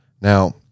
Now